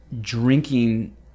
drinking